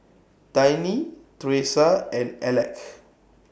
Tiny Theresa and Aleck